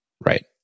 Right